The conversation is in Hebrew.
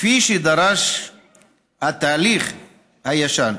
כפי שדרש התהליך הישן.